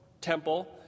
temple